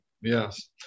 Yes